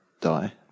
die